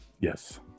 Yes